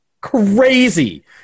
Crazy